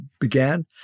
began